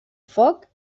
foc